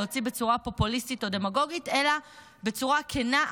להוציא בצורה פופוליסטית או דמגוגית אלא בצורה כנה,